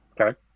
Okay